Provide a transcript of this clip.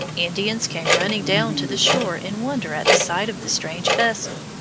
indians came running down to the shore in wonder at the sight of the strange vessel.